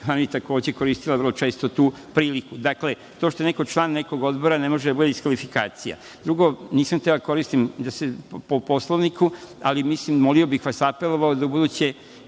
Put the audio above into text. takođe koristila vrlo često tu priliku. Dakle, to što je neko član nekog odbora, ne može da bude diskvalifikacija. Drugo, nisam hteo po Poslovniku, ali molio bih vas i apelovao da u buduće